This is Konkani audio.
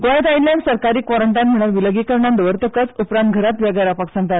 गोयांत आयिल्ल्यांक सरकारी क्वारंटायन म्हळ्यार विलगीकरणांत दवरतकच उपरांत घरांत वेगळे रावपाक सांगतात